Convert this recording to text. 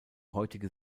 heutige